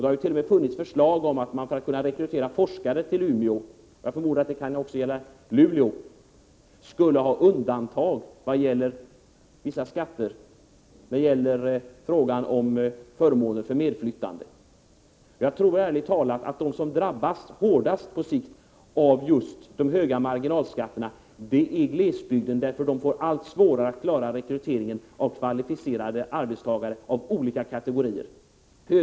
Det har t.o.m. funnits förslag om att man för att kunna rekrytera forskare till Umeå — och jag förmodar att det också kan gälla Luleå — skulle göra undantag från vissa skatter och ge andra förmåner för medflyttande. Jag tror ärligt talat att de som drabbas hårdast på sikt av de höga marginalskatterna är just glesbygderna, för där får man allt svårare att klara rekryteringen av kvalificerade arbetstagare av olika kategorier.